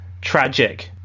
tragic